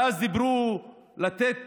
ואז דיברו על לתת